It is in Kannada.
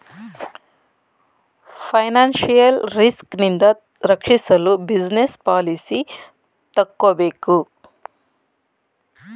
ಫೈನಾನ್ಸಿಯಲ್ ರಿಸ್ಕ್ ನಿಂದ ರಕ್ಷಿಸಲು ಬಿಸಿನೆಸ್ ಪಾಲಿಸಿ ತಕ್ಕೋಬೇಕು